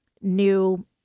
new